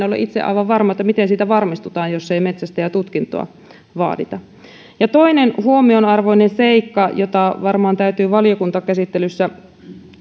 ole itse aivan varma miten siitä varmistutaan jos ei metsästäjätutkintoa vaadita ja toinen huomionarvoinen seikka jota varmaan täytyy valiokuntakäsittelyssä